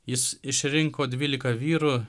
jis išrinko dvylika vyrų